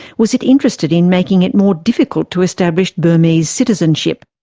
was it interested in making it more difficult to establish burmese citizenship?